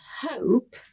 hope